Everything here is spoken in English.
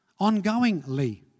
ongoingly